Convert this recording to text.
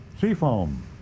Seafoam